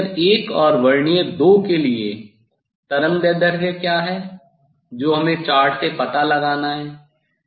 अब वर्नियर 1 और वर्नियर 2 के लिए तरंग दैर्ध्य क्या है जो हमें चार्ट से पता लगाना है